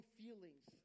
feelings